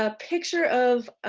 ah picture of